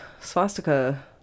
swastika